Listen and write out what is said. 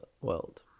world